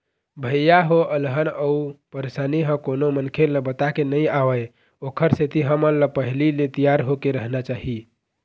भइया हो अलहन अउ परसानी ह कोनो मनखे ल बताके नइ आवय ओखर सेती हमन ल पहिली ले तियार होके रहना चाही